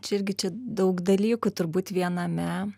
čia irgi čia daug dalykų turbūt viename